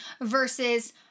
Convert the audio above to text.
versus